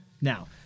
now